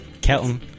Kelton